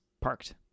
parked